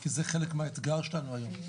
כי זה חלק מהאתגר שלנו היום,